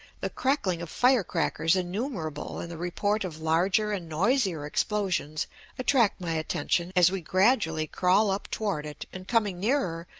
the crackling of fire-crackers innumerable and the report of larger and noisier explosions attract my attention as we gradually crawl up toward it and coming nearer,